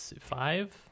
five